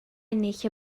ennill